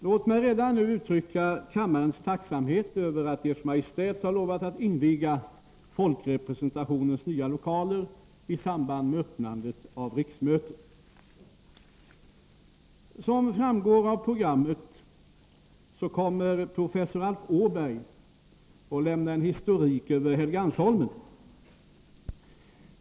Låt mig redan nu uttrycka kammarens tacksamhet över att Ers Majestät har lovat att inviga folkrepresentationens nya lokaler i samband med öppnandet av riksmötet. Som framgår av programmet kommer professor Alf Åberg att lämna en historik över Helgeandsholmen.